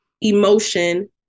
emotion